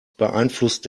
beeinflusst